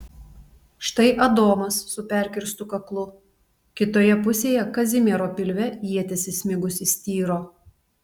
štai adomas su perkirstu kaklu kitoje pusėje kazimiero pilve ietis įsmigusi styro